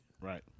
Right